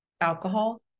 Alcohol